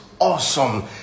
awesome